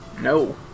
No